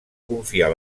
confiar